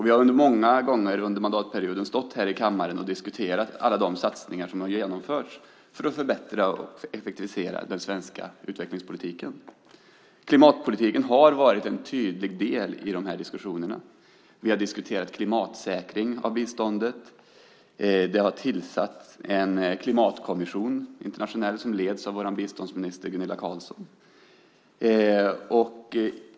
Vi har många gånger under mandatperioden stått här i kammaren och diskuterat alla de satsningar som har genomförts för att förbättra och effektivisera den svenska utvecklingspolitiken. Klimatpolitiken har varit en tydlig del i de här diskussionerna. Vi har diskuterat klimatsäkring av biståndet. Det har tillsatts en internationell klimatkommission som leds av vår biståndsminister Gunilla Carlsson.